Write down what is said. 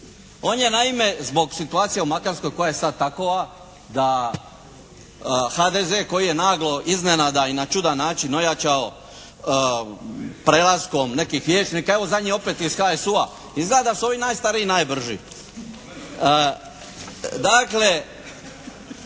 On je naime zbog situacije u Makarskoj koja je sada takova da HDZ koji je naglo, iznenada i na čudan način ojačao prelaskom nekih vijećnika. Evo, zadnji opet iz HSU-a. Izgleda da su ovi najstariji najbrži. Dakle,